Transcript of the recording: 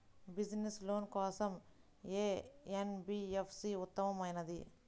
Business loan కోసం ఏ NBFC ఉత్తమమైనది?